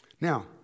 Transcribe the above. Now